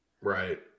Right